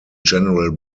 general